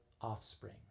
offspring